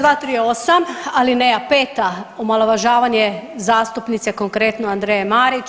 238. alineja 5. omalovažavanje zastupnice, konkretno Andreje Marić.